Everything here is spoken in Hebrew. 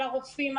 על הרופאים,